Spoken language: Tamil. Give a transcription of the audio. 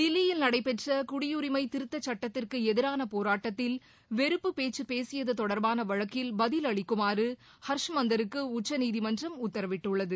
தில்லியில் நடைபெற்ற குடியுரிமை திருத்த சுட்டத்திற்கு எதிரான போராட்டத்தில் வெறுப்பு பேக்க பேசியது தொடர்பான வழக்கில் பதில் அளிக்குமாறு ஹர்ஷ் மந்தருக்கு உச்சநீதிமன்றம் உத்தரவிட்டுள்ளது